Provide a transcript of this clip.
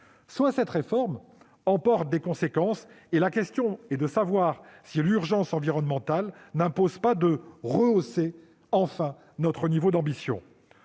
soit cette réforme emporte des conséquences et la question est de savoir si l'urgence environnementale n'impose pas de rehausser enfin notre niveau d'ambition.